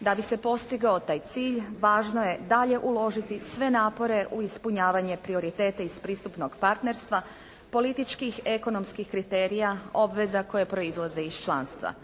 Da bi se postigao taj cilj važno je dalje uložiti sve napore u ispunjavanje prioriteta iz pristupnog partnerstva, političkih i ekonomskih kriterija, obveza koje proizlaze iz članstva.